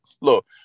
look